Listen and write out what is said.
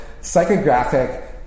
psychographic